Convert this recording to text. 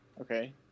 Okay